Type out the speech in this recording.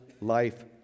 life